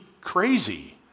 crazy